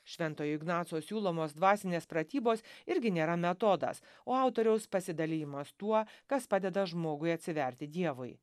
šventojo ignaco siūlomos dvasinės pratybos irgi nėra metodas o autoriaus pasidalijimas tuo kas padeda žmogui atsiverti dievui